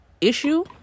issue